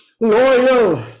loyal